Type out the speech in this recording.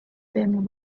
been